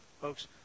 folks